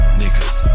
niggas